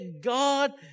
God